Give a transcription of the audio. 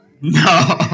No